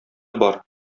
бар